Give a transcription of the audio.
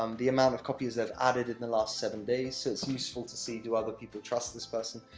um the amount of copiers they've added in the last seven days so it's useful to see do other people trust this person?